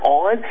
on